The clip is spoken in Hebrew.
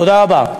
תודה רבה.